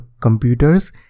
computers